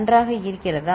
நன்றாக இருக்கிறதா